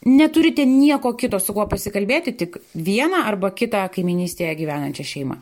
neturite nieko kito su kuo pasikalbėti tik vieną arba kitą kaimynystėje gyvenančią šeimą